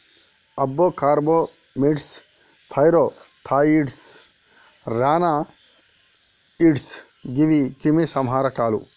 అబ్బో carbamates, pyrethroids, ryanoids గీవి క్రిమి సంహారకాలు